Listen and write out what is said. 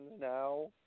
now